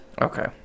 okay